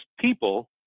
people